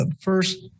first